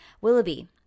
Willoughby